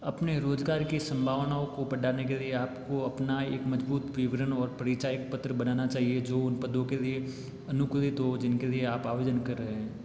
अपने रोजगार की संभावनाओं को बढ़ाने के लिए आपको अपना एक मजबूत विवरण और परिचायक पत्र बनाना चाहिए जो उन पदों के लिए अनुकूलित हो जिनके लिए आप आवेदन कर रहे हैं